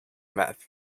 math